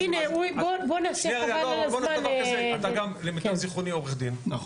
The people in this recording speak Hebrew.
אתה גם למיטב זכרוני עורך דין,